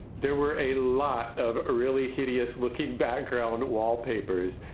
there were a lot of a really hideous looking background wallpapers.